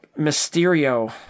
Mysterio